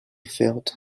felt